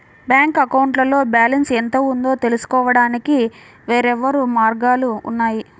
bank అకౌంట్లో balance ఎంత ఉందో తెలుసుకోవడానికి వేర్వేరు మార్గాలు ఉన్నాయి